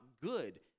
good